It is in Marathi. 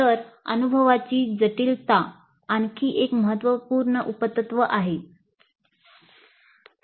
तर अनुभवाची जटिलता आणखी एक महत्त्वपूर्ण उप तत्व आहे